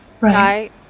Right